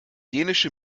dänische